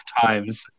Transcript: times